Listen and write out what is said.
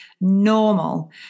normal